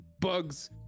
bugs